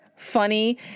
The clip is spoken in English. funny